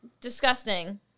Disgusting